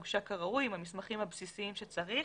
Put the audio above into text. הוגשה כראוי עם המסמכים הבסיסיים שצריך.